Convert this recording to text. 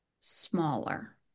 smaller